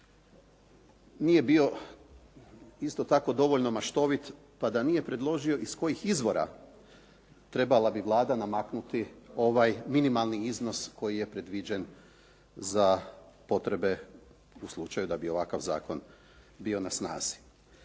nije bio isto tako dovoljno maštovit pa da nije predložio iz kojih izvora trebala bi Vlada namaknuti ovaj minimalni iznos koji je predviđen za potrebe u slučaju da bi ovakav zakon bio na snazi.